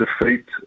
defeat